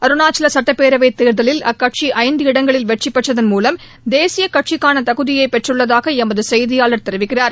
அருணாச்சல சட்டப்பேரவைத் தேர்தலில் அக்கட்சி ஐந்தஇடங்களில் வெற்றிபெற்றதன் மூலம் தேசிய கட்சிக்கான தகுதியை பெற்றுள்ளதாக எமது செய்தியாளர் தெரிவிக்கிறார்